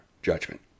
judgment